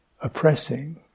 oppressing